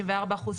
64 אחוזים,